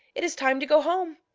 it is time to go home.